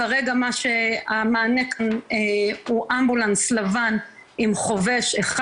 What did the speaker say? כרגע המענה כאן הוא אמבולנס לבן עם חובש אחד,